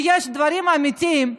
כשיש דברים אמיתיים,